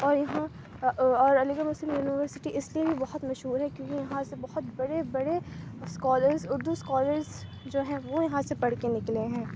اور یہاں اور علی گڑھ مسلم یونیورسٹی اِس لیے بھی بہت مشہور ہے کیوں کہ یہاں سے بہت بڑے بڑے اسکالرس اُردو اسکالرس جو ہیں وہ یہاں سے پڑھ کے نکلے ہیں